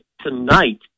tonight